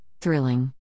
thrilling